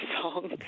song